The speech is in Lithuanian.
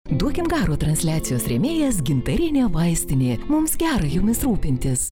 duokim garo transliacijos rėmėjas gintarinė vaistinė mums gera jumis rūpintis